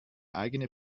eigene